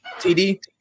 TD